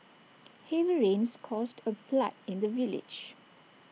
heavy rains caused A flood in the village